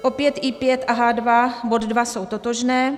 Opět I5 a H2 bod 2 jsou totožné.